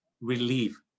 relief